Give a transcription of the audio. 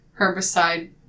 herbicide-